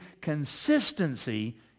consistency